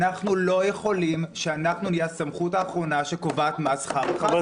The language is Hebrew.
אנחנו לא יכולים להיות הסמכות האחרונה שקובעת מה שכר חברי הכנסת.